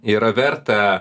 yra verta